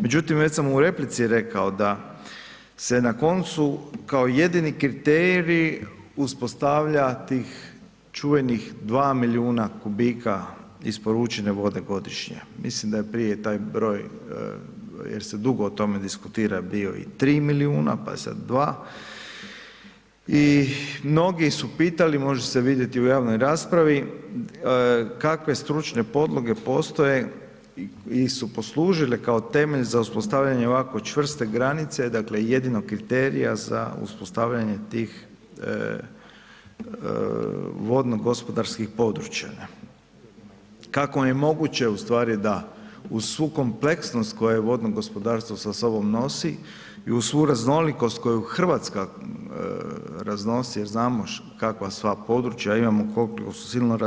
Međutim, već sam u replici rekao da se na koncu kao jedini kriterij uspostavlja tih čuvenih dva milijuna kubika isporučene vode godišnje, mislim da je prije taj broj, jer se dugo o tome diskutira, bio i tri milijuna, pa je sad dva, i mnogi su pitali, može se vidjeti u javnoj raspravi, kakve stručne podloge postoje ili su poslužile kao temelj za uspostavljanje ovako čvrste granice, dakle jedinog kriterija za uspostavljanje tih vodno-gospodarskih područja ne, kako je moguće u stvari da uz svu kompleksnost koje vodno-gospodarstvo sa sobom nosi i uz svu raznolikost koju Hrvatska raznosi jer znamo kakva sva područja imamo, kol'ko su silno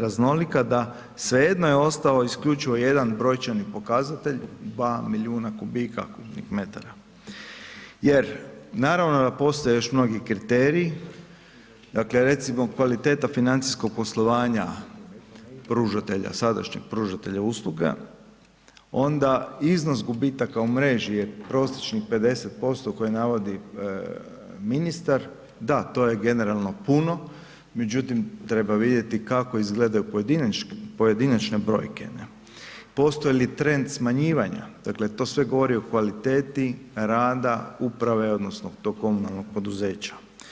raznolika da svejedno je ostao isključivo jedan brojčani pokazatelj, dva milijuna kubika kubnih metara, jer naravno da postoje još mnogi kriteriji, dakle recimo kvaliteta financijskog poslovanja pružatelja, sadašnjeg pružatelja usluga, onda iznos gubitaka u mreži je prosječnih 50% koje navodi ministar, da, to je generalno puno, međutim treba vidjeti kako izgledaju pojedinačne brojke ne, postoje li trend smanjivanja, dakle to sve govori o kvaliteti rada uprave odnosno tog komunalnog poduzeća.